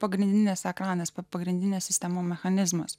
pagrindinis ekranas pagrindinė sistema mechanizmas